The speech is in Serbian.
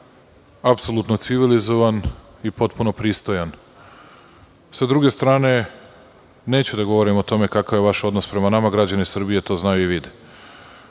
apsolutno civilizovan i potpuno pristojan. Sa druge strane, neću da govorim o tome kakav je vaš odnos prema nama, građani Srbije to znaju i vide. Mi